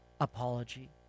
apology